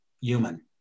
human